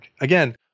Again